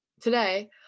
Today